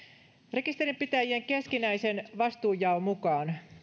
rekisterinpitäjien keskinäisen vastuunjaon mukaan